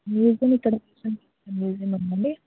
museum ఇక్కడ museum ఉందా అండి